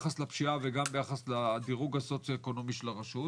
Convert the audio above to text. גם ביחס לפשיעה וגם ביחס לדירוג הסוציו-אקונומי של הרשות?